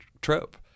trope